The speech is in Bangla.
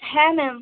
হ্যাঁ ম্যাম